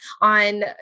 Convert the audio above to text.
on